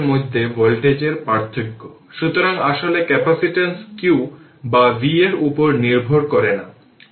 সুতরাং এটি এই এক্সপ্রেশন এর সাবস্টিটিউট v 1 3 এই এক্সপ্রেশনটি আসলে ফাংশন t এর সমস্ত ফাংশন